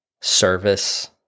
service